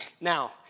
Now